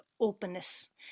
openness